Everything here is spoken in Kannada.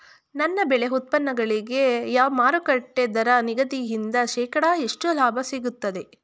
ನನ್ನ ಬೆಳೆ ಉತ್ಪನ್ನಗಳಿಗೆ ಮಾರುಕಟ್ಟೆ ದರ ನಿಗದಿಯಿಂದ ಶೇಕಡಾ ಎಷ್ಟು ಲಾಭ ಸಿಗುತ್ತದೆ?